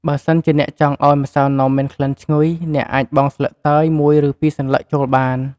បើសិនជាអ្នកចង់ ឱ្យម្សៅនំមានក្លិនឈ្ងុយ អ្នកអាចបង់ស្លឹក តើយ មួយ ឬពីរសន្លឹកចូលបាន។